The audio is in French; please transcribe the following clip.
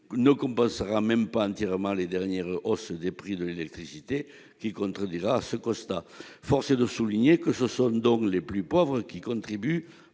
ne compensera même pas entièrement les dernières hausses des prix de l'électricité, n'infirmera pas ce constat. Force est donc de souligner que ce sont les plus pauvres qui contribuent